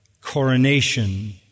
coronation